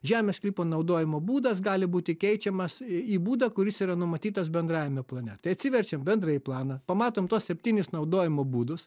žemės sklypo naudojimo būdas gali būti keičiamas į būdą kuris yra numatytas bendrajame plane tai atsiverčiam bendrąjį planą pamatom tuos septynis naudojimo būdus